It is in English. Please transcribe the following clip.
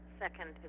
second